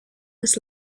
was